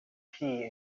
tea